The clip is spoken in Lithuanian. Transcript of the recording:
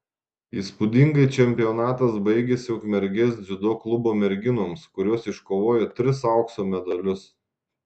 įspūdingai čempionatas baigėsi ukmergės dziudo klubo merginoms kurios iškovojo tris aukso medalius